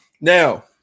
Now